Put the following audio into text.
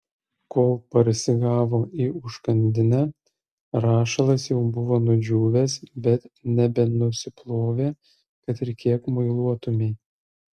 kol parsigavo į užkandinę rašalas jau buvo nudžiūvęs bet nebenusiplovė kad ir kiek muiluotumei